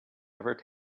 ever